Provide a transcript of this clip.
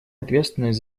ответственность